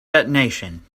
detonation